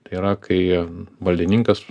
tai yra kai valdininkas